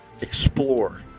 explore